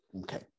Okay